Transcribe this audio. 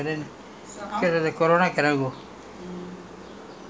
actually I wanted to travel this uh this year or next year but then